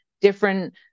different